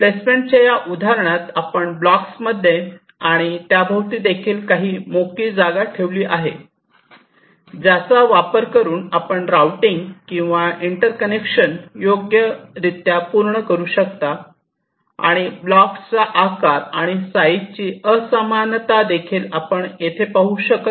प्लेसमेंटच्या या उदाहरणात आपण ब्लॉक्समध्ये आणि त्याभोवती देखील काही मोकळी जागा ठेवली आहे ज्याचा वापर करून आपण राऊटिंग किंवा इंटरकनेक्शन योग्य पूर्ण करू शकता आणि ब्लॉक्सच्या आकार आणि साईजची असमानता देखील आपण पाहू शकत